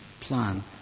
plan